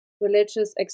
religious